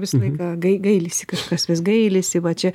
visą laiką gai gailisi kažkas vis gailisi va čia